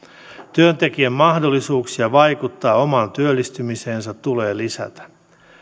työntekijän mahdollisuuksia vaikuttaa omaan työllistymiseensä tulee lisätä